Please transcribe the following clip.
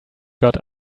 got